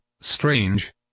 strange